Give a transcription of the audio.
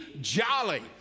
jolly